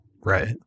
Right